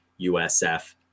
USF